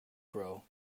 grow